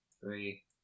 three